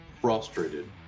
frustrated